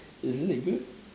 isn't it good